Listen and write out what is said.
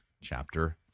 Chapter